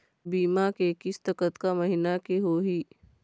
बीमा के किस्त कतका महीना के होही?